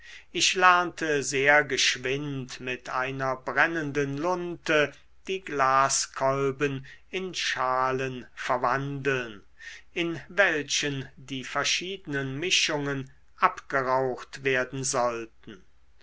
ich lernte sehr geschwind mit einer brennenden lunte die glaskolben in schalen verwandeln in welchen die verschiedenen mischungen abgeraucht werden sollten